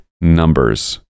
numbers